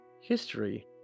history